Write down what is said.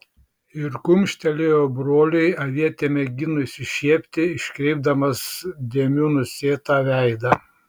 ir kumštelėjo broliui avietė mėgino išsišiepti iškreipdamas dėmių nusėtą veidą